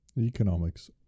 Economics